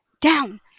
down